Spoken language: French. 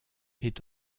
est